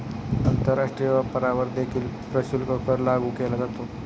आंतरराष्ट्रीय व्यापारावर देखील प्रशुल्क कर लागू केला जातो